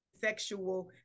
sexual